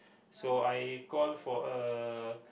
so I call for a